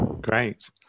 Great